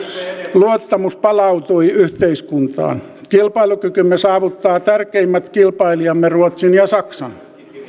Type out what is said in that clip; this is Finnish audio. luottamus palautui yhteiskuntaan kilpailukykymme saavuttaa tärkeimmät kilpailijamme ruotsin ja saksan